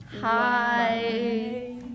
Hi